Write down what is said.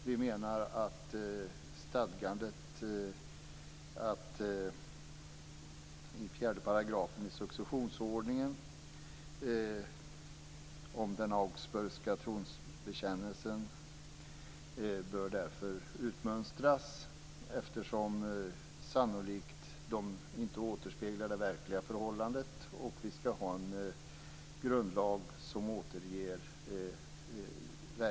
Vi menar att stadgandet i 4 § i successionsordningen om den augsburgska trosbekännelsen därför bör utmönstras. Det återspeglar sannolikt inte det verkliga förhållandet. Vi skall ha en grundlag som återger verkligheten.